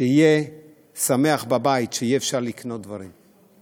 שיהיה שמח בבית, שיהיה אפשר לקנות דברים.